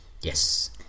Yes